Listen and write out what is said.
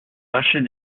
lâchait